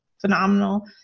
phenomenal